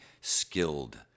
skilled